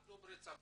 גם דוברי צרפתית,